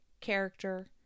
character